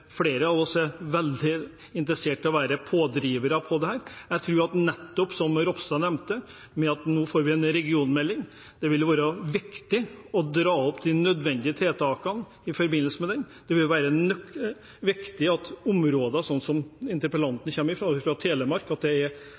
veldig interessert i å være pådrivere for dette. Som representanten Ropstad nettopp nevnte – når vi nå får en regionmelding, vil det være viktig å dra fram de nødvendige tiltakene i forbindelse med den. Det vil være viktig at områder som f.eks. området interpellanten kommer fra – hun er fra Telemark – også har en balansert utvikling når det